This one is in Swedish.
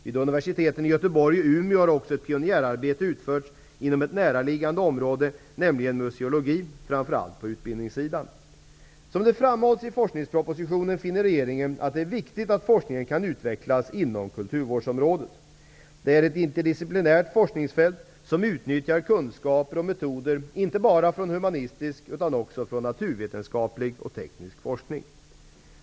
Vid universiteten i Göteborg och i Umeå har också ett pionjärarbete utförts inom ett näraliggande område, nämligen museologi, framför allt på utbildningssidan. Som det framhålls i forskningspropositionen finner regeringen att det är viktigt att forskningen kan utvecklas inom kulturvårdsområdet. Detta är ett interdisciplinärt forskningsfält som utnyttjar kunskaper och metoder inte bara från humanistisk utan också från naturvetenskaplig och teknisk forskning.